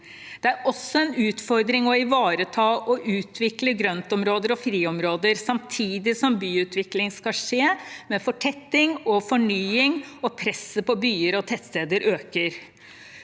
Det er også en utfordring å ivareta og utvikle grøntområder og friområder samtidig som byutvikling skal skje med fortetting og fornying, og presset på byer og tettsteder øker.